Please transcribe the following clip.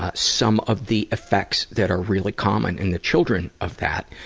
ah some of the effects that are really common in the children of that